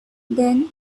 then